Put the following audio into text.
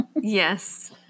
Yes